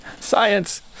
science